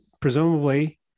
presumably